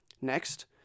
Next